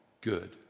good